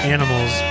Animals